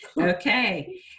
Okay